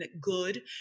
good